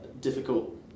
difficult